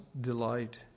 delight